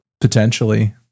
potentially